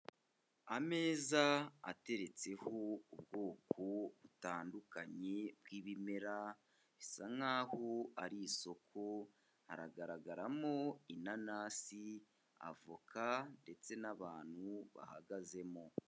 Ameza ateretseho ubwoko butandukanye bw'ibimera, bisa nk'aho ari isoko, haragaragaramo inanasi, avoka ndetse n'abantu bahagazemo.